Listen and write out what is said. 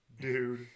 dude